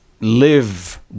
live